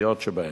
העיקריות שבהן: